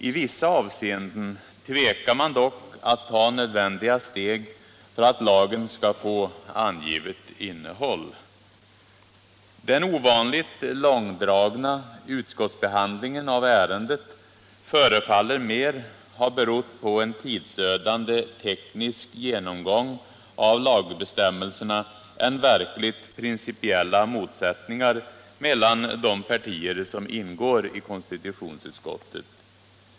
I vissa avseenden tvekar man dock att ta nödvändiga steg för att lagen skall få angivet innehåll. Den ovanligt långdragna utskottsbehandlingen av ärendet förefaller mer ha berott på en tidsödande teknisk genomgång av lagbestämmelserna än på verkligt principiella motsättningar mellan de partier som ingår i konstitutionsutskottet.